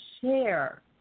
share